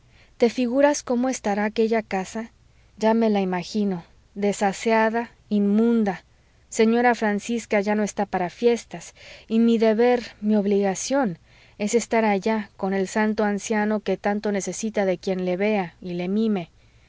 te figuras cómo estará aquella casa ya me la imagino desaseada inmunda señora francisca ya no está para fiestas y mi deber mi obligación es estar allá con el santo anciano que tanto necesita de quien le vea y le mime